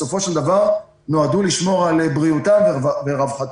בסופו של דבר נועדו לשמור על בריאותם ורווחתם.